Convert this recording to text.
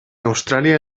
australia